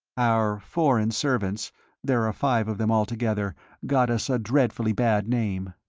our foreign servants there are five of them altogether got us a dreadfully bad name.